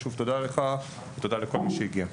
ושוב, תודה לך ולכל מי שהגיע.